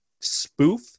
spoof